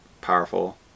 powerful